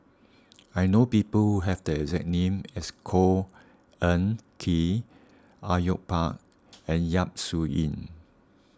I know people who have the exact name as Khor Ean Ghee Au Yue Pak and Yap Su Yin